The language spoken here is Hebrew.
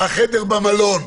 החדר במלון,